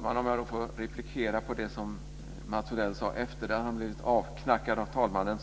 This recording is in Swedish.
Fru talman! Jag vill replikera på det som Mats Odell sade efter det att han blivit avknackad av talmannen.